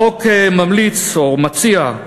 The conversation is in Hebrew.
החוק ממליץ, או מציע,